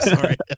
Sorry